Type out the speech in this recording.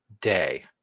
Day